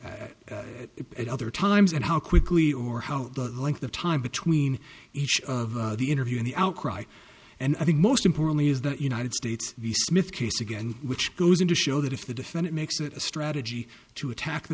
it at other times and how quickly or how the length of time between each of the interview in the outcry and i think most importantly is that united states v smith case again which goes into show that if the defendant makes it a strategy to attack the